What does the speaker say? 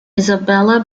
isabella